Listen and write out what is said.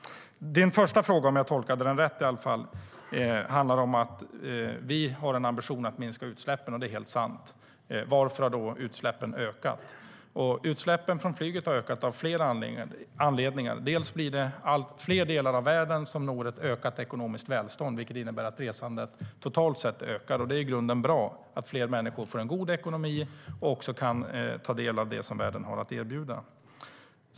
Utsläppen från flyget har ökat av flera anledningar. Bland annat når allt fler delar av världen ett ökat ekonomiskt välstånd, vilket innebär att resandet totalt sett ökar. Det är i grunden bra att fler människor får en god ekonomi och också kan ta del av det som världen har att erbjuda.